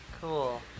Cool